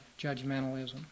judgmentalism